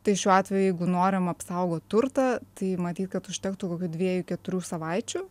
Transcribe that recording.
tai šiuo atveju jeigu norim apsaugot turtą tai matyt kad užtektų kokių dviejų keturių savaičių